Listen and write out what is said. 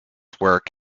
work